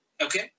okay